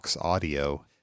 audio